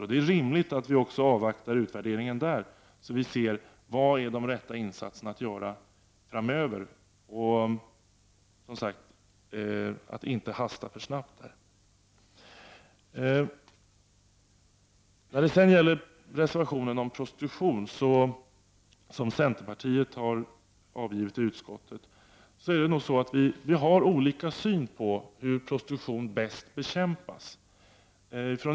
Det är därför rimligt att vi avvaktar också denna utvärdering, så att vi får veta vilka insatser som behöver ske framöver. Och det gäller alltså att inte hasta alltför mycket. Beträffande reservationen från centerpartiet om prostitution vill jag säga att vi nog har olika syn på hur prostitution bäst bekämpas.